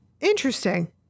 Interesting